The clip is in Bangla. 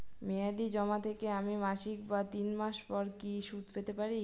মেয়াদী জমা থেকে আমি মাসিক বা তিন মাস পর কি সুদ পেতে পারি?